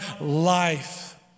life